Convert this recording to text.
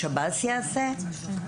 השב"ס יעשה?